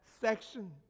section